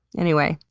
anyway.